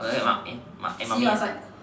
alright mummy mummy